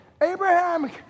Abraham